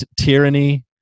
tyranny